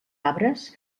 arbres